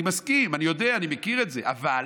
אני מסכים, אני יודע, אני מכיר את זה, אבל